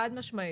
חד משמעית.